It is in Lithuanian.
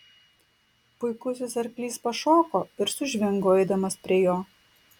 puikusis arklys pašoko ir sužvingo eidamas prie jo